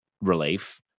relief